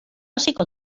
hasiko